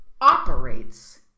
operates